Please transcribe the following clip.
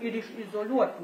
ir iš izoliuotų